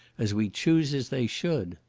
as we chooses they should?